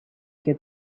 get